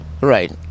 Right